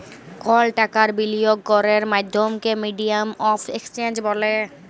call টাকার বিলিয়গ ক্যরের মাধ্যমকে মিডিয়াম অফ এক্সচেঞ্জ ব্যলে